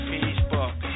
Facebook